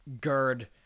GERD